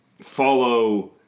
follow